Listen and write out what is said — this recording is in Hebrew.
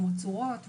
כמו צורות,